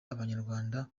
abanyarwanda